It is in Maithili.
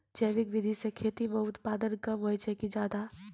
जैविक विधि से खेती म उत्पादन कम होय छै कि ज्यादा?